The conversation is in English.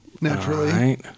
Naturally